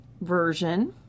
version